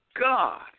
God